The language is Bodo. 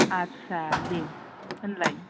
आदसा दे होनलाय